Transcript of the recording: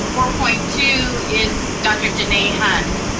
four point two is dr. jamet hund.